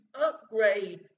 upgrade